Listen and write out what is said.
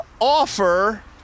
offer